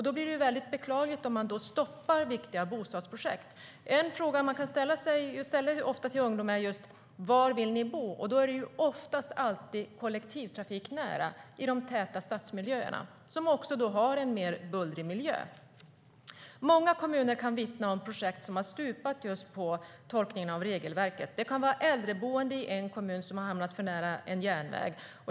Då blir det väldigt beklagligt om man stoppar viktiga bostadsprojekt. Många kommuner kan vittna om projekt som har stupat på tolkningen av regelverket. Det kan vara ett äldreboende som har hamnat för nära en järnväg.